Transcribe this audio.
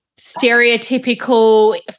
stereotypical